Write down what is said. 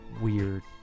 weird